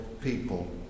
people